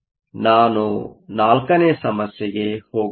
ನಾನು ಈಗ 4 ನೇ ಸಮಸ್ಯೆಗೆ ಹೋಗುತ್ತೇನೆ